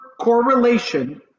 correlation